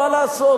מה לעשות,